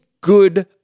good